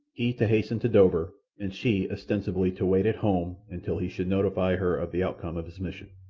he to hasten to dover, and she, ostensibly to wait at home until he should notify her of the outcome of his mission.